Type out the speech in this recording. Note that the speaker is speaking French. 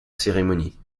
cérémonie